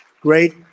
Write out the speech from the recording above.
great